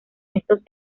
estos